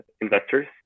investors